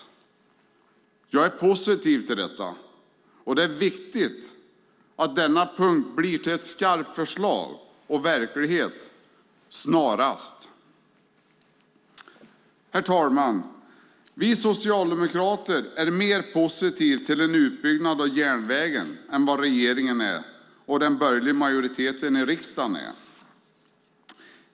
Jag är positiv till detta. Det är viktigt att denna punkt blir till ett skarpt förslag och verklighet snarast. Herr talman! Vi socialdemokrater är mer positiva till utbyggnad av järnvägen än vad regeringen och den borgerliga majoriteten i riksdagen är.